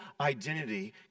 identity